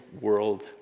world